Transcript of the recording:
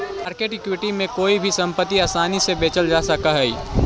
market equity में कोई भी संपत्ति आसानी से बेचल जा सकऽ हई